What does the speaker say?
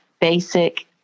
basic